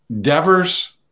Devers